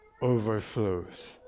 overflows